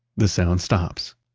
the sound stops.